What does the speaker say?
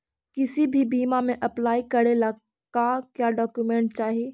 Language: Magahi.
किसी भी बीमा में अप्लाई करे ला का क्या डॉक्यूमेंट चाही?